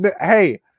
Hey